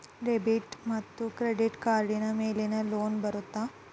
Debit ಮತ್ತು credit ಕಾರ್ಡಿನ ಮೇಲೆ ಲೋನ್ ಬರುತ್ತಾ?